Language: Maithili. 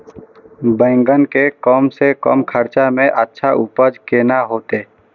बेंगन के कम से कम खर्चा में अच्छा उपज केना होते?